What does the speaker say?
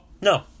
No